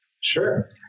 Sure